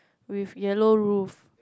with yellow roof